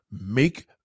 Make